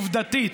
עובדתית,